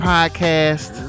Podcast